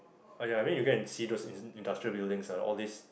!aiya! I mean you go and see those ind~ industrial buildings ah all these